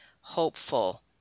hopeful